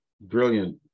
brilliant